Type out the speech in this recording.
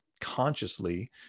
consciously